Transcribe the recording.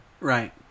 Right